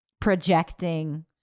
projecting